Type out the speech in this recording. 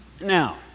Now